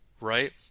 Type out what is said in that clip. right